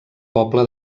poble